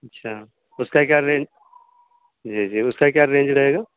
اچھا اس کا کیا رینج جی جی اس کا کیا رینج رہے گا